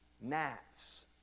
gnats